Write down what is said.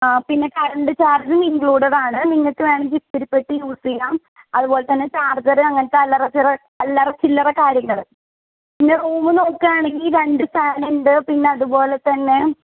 ആ പിന്നെ കറണ്ട് ചാർജ്ജും ഇൻക്ലൂഡഡാണ് നിങ്ങൾക്ക് വേണമെങ്കിൽ ഇസ്തിരിപ്പെട്ടി യൂസ് ചെയ്യാം അതുപോലെ തന്നെ ചാർജറ് അങ്ങനത്തെ അല്ലറ ചില്ലറ അല്ലറ ചില്ലറ കാര്യങ്ങൾ പിന്നെ റൂമ് നോക്കാണെങ്കിൽ രണ്ട് ഫാന്ണ്ട് പിന്നെ അതുപോലെ തന്നെ